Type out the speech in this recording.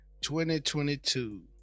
2022